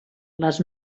les